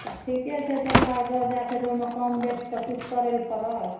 तऽ ठीके छै तऽ एक लाख दश हजार छै तऽ ओहिमे कम बेस किछु करै लऽ पड़त